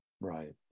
Right